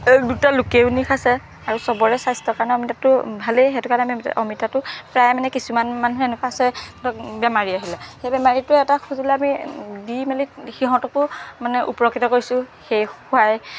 এক দুটা লোকেও নি খাইছে আৰু চবৰে স্বাস্থ্যৰ কাৰণে অমিতাটো ভালেই সেইটো কাৰণে আমি অমিতাটো প্ৰায় মানে কিছুমান মানুহ এনেকুৱা আছে ধৰক বেমাৰী আহিলে সেই বেমাৰীটোৱে এটা খুজিলে আমি দি মেলি সিহঁতকো মানে উপকৃত কৰিছোঁ সেই খোৱাই